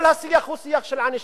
כל השיח הוא שיח של ענישה,